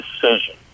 decision